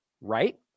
right